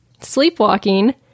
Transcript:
Sleepwalking